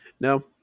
No